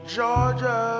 Georgia